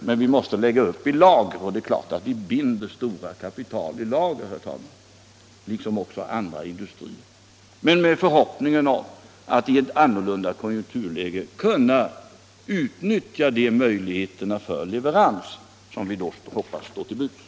Men man måste lägga upp i lager, och det är klart att stora kapital binds på det sättet, vilket också sker i andra industrier -— men med en förhoppning om att i ett annorlunda konjunkturläge kunna utnyttja dessa lager för leverans mot order som vi då hoppas står till buds.